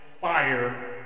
fire